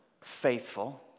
faithful